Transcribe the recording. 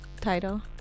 title